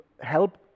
help